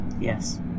Yes